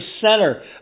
center